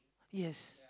yes